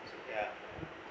ya